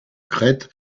crète